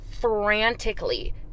frantically